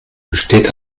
besteht